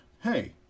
hey